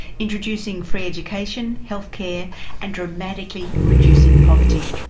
introducing free education, healthcare and dramatically reducing poverty.